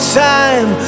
time